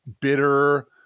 bitter